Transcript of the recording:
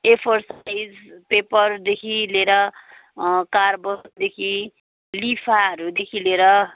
एफोर size पेपरदेखि लिएर कार्बनदेखि लिफाहरूदेखि लिएर